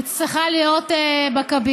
היא צריכה להיות בקבינט.